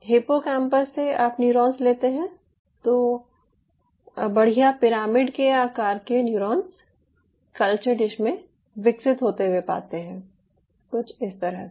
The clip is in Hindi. हिप्पोकैम्पस से आप न्यूरॉन्स लेते हैं तो बढ़िया पिरामिड के आकार के न्यूरॉन्स कल्चर डिश में विकसित होते हुए पाते हैं कुछ इस तरह से